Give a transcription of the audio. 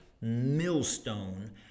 millstone